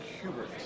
Hubert